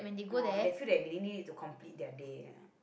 oh they feel like they need it to complete their day ah